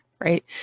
right